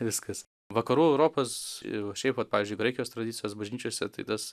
viskas vakarų europos ir va šiaip vat pavyzdžiui graikijos tradicijos bažnyčiose tai tas